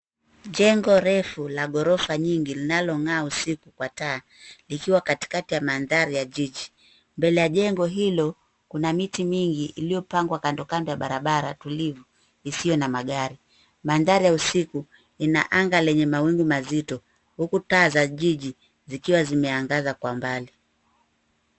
Jengo refu la ghorofa nyingi linalong'aa usiku kwa taa, likiwa katikati ya mandhari ya jiji. Mbele ya jengo hilo ,kuna miti mingi iliyopangwa kandokando ya barabara tulivu isiyo na magari. Mandhari ya usiku, ina anga lenye mawingu mazito huku taa za jiji zikiwa zimeangaza kwa angani.